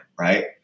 right